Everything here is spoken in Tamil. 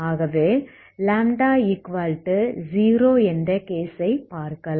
ஆகவே λ0 என்ற கேஸை பார்க்கலாம்